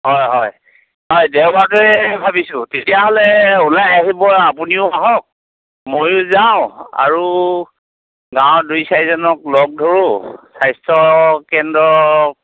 হয় হয় দেওবাৰটোৱে ভাবিছোঁ তেতিয়াহ'লে ওলাই আহিব আৰু আপুনিও আহক ময়ো যাওঁ আৰু গাঁৱৰ দুই চাৰিজনক লগ ধৰোঁ স্বাস্থ্যকেন্দ্ৰক